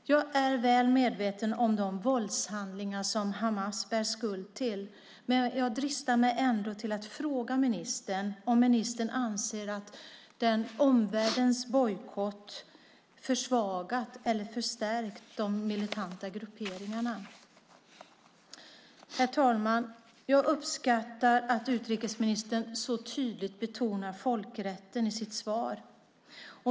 Jag är väl medveten om de våldshandlingar som Hamas bär skuld till, men jag dristar mig ändå att fråga ministern om han anser att omvärldens bojkott har försvagat eller förstärkt de militanta grupperingarna. Herr talman! Jag uppskattar att utrikesministern så tydligt betonar folkrätten i sitt svar.